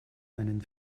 einen